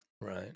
Right